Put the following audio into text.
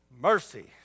Mercy